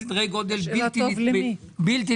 בסדרי גודל בלתי נתפסים.